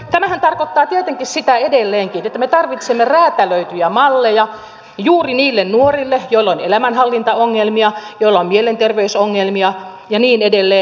tämähän tarkoittaa tietenkin sitä edelleenkin että me tarvitsemme räätälöityjä malleja juuri niille nuorille joilla on elämänhallintaongelmia joilla on mielenterveysongelmia ja niin edelleen